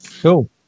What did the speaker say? Cool